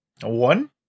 One